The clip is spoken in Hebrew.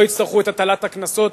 לא יצטרכו את הטלת הקנסות.